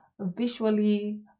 visually